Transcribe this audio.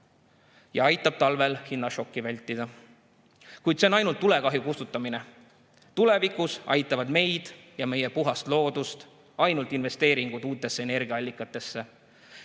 ja aitab talvel hinnašokki vältida. Kuid see on ainult tulekahju kustutamine. Tulevikus aitavad meid ja meie puhast loodust ainult investeeringud uutesse energiaallikatesse